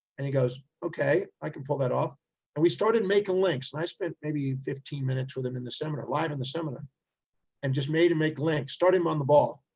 and he goes, okay, i can pull that off and we started making links and i spent maybe fifteen minutes with them in the seminar, live in the seminar and just made him make links, start him on the ball.